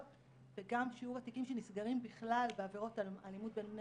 וגם שיעור התיקים שנסגרים בכלל בעבירות אלימות בין בני